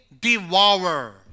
devour